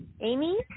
Amy